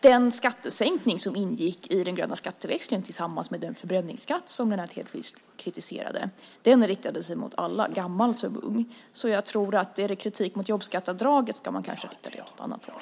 Den skattesänkning som ingick i den gröna skatteväxlingen tillsammans med den förbränningsskatt som Lennart Hedquist kritiserade riktade sig mot alla, gammal som ung. Så jag tror att om det är kritik mot jobbskatteavdraget ska man rikta den mot annat håll.